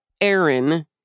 Aaron